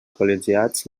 col·legiats